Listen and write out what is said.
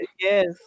Yes